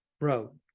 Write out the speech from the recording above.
wrote